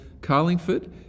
carlingford